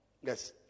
Yes